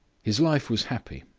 his life was happy,